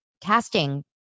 casting